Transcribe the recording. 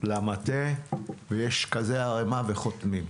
למטה ויש ערימה גבוהה וחותמים.